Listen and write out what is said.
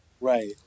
Right